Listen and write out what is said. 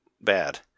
bad